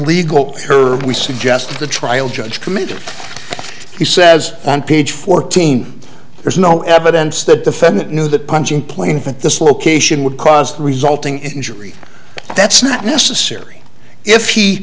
legal herb we suggest of the trial judge committed he says on page fourteen there's no evidence the defendant knew that punching playing from this location would cause resulting injury that's not necessary if he